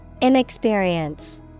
Inexperience